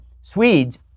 Swedes